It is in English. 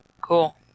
Cool